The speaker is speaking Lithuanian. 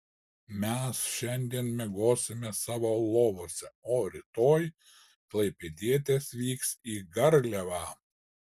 mes šiandien miegosime savo lovose o rytoj klaipėdietės vyks į garliavą